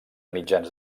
mitjans